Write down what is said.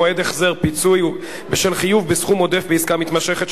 מועד החזר ופיצוי בשל חיוב בסכום עודף בעסקה מתמשכת),